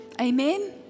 Amen